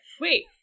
Wait